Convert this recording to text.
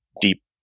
deep